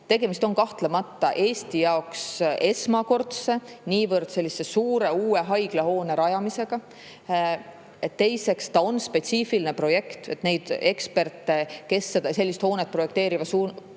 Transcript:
Tegemist on kahtlemata Eesti jaoks esmakordse niivõrd suure uue haiglahoone rajamisega. Teiseks, see on spetsiifiline projekt. Eksperte, kes sellist hoonet projekteerida suudavad,